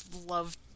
love